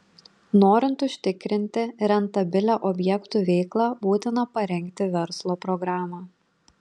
norint užtikrinti rentabilią objektų veiklą būtina parengti verslo programą